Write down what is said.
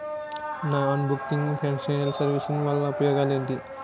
Non banking financial services వల్ల ఉపయోగాలు ఎంటి?